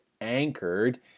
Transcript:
anchored